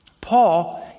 Paul